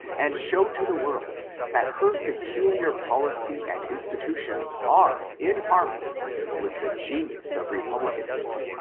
and show to the world that her peculiar policy and institutions are in harmony with the genius of republicanism,